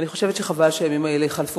ואני חושבת שחבל שהימים האלה חלפו,